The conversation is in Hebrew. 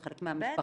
זה חלק מהמשפחה,